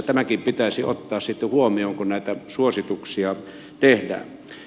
tämäkin pitäisi ottaa huomioon kun näitä suosituksia tehdään